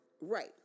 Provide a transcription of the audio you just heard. Right